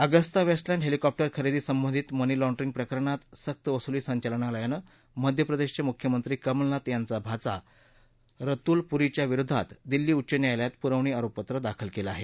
Agusta Westland helicopter खरेदी संबंधित money laundering प्रकरणात सक्तवसुली संचालनालयानं मध्य प्रदेशचे मुख्यमंत्री कमलनाथ यांचा भाचा रतूल पुरीच्या विरोधात दिल्ली उच्च न्यालयात पुरवणी आरोपपत्र दाखल केलं आहे